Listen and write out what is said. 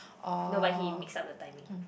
no but he mixed up the timing